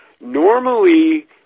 Normally